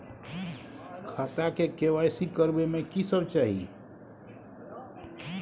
खाता के के.वाई.सी करबै में की सब चाही?